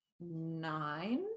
Nine